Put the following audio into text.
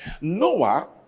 Noah